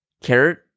carrot